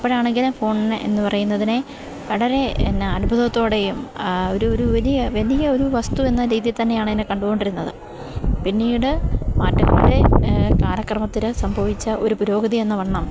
അപ്പോഴാണെങ്കിലും phone എന്ന് പറയുന്നതിനെ വളരെ എന്താണ് അത്ഭുതത്തോടെയും ഒരു ഒരു വലിയ വലിയ ഒരു വസ്തുവെന്ന രീതിയിൽ തന്നെയാണ് അതിനെ കണ്ടുകൊണ്ടിരുന്നത് പിന്നീട് മാറ്റങ്ങളുടെ കാലക്രമത്തില് സംഭവിച്ച ഒരു പുരോഗതിയെന്ന വണ്ണം